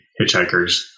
hitchhikers